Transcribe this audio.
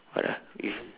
what ah with